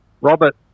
Robert